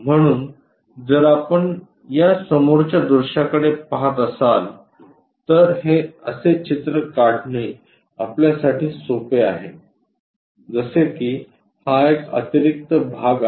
म्हणून जर आपण या समोरच्या दृश्याकडे पाहत असाल तर हे असे चित्र काढणे आपल्यासाठी सोपे आहे जसे की हा एक अतिरिक्त भाग आहे